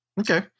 Okay